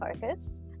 focused